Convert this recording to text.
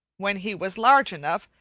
when he was large enough,